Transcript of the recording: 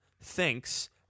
thinks